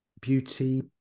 beauty